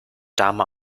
dame